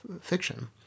fiction